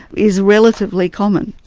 is relatively common.